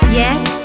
yes